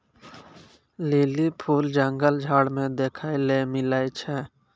lily फूल जंगल झाड़ मे देखै ले मिलै छै